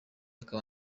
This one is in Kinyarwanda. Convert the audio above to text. akaba